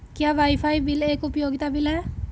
क्या wifi bill एक उपयोगिता बिल है?